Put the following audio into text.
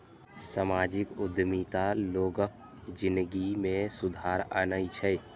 सामाजिक उद्यमिता लोगक जिनगी मे सुधार आनै छै